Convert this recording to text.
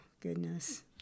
goodness